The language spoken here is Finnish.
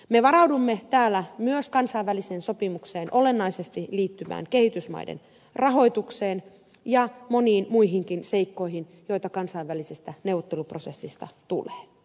me varaudumme täällä myös kansainväliseen sopimukseen olennaisesti liittyvään kehitysmaiden rahoitukseen ja moniin muihinkin seikkoihin joita kansainvälisestä neuvotteluprosessista tulee